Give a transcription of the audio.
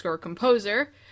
composer